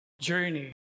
journey